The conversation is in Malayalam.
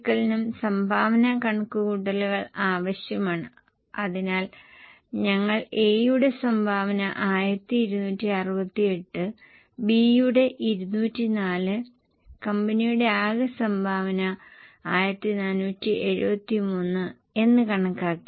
അതിനാൽ PBIT 926 ആണ് അതിന് പലിശ ഈടാക്കുക അത് 129 ആണ് അതിനാൽ നികുതിക്ക് മുമ്പുള്ള ലാഭം 797 ആണ് ഈ ഷീറ്റിൽ അവർ നികുതിക്ക് മുമ്പുള്ള ലാഭം നൽകിയിട്ടില്ലെന്ന് ഞാൻ കരുതുന്നു